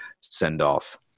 send-off